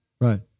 Right